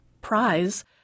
prize